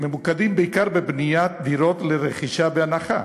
ממוקדים בעיקר בבניית דירות לרכישה בהנחה,